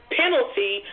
penalty